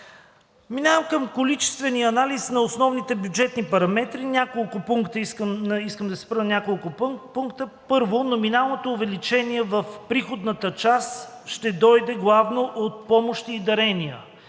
Минавам към количествения анализ на основните бюджетни параметри. На няколко пункта искам да се спра. Първо, номиналното увеличение в приходната част ще дойде главно от помощи и дарения.